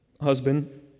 husband